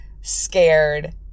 scared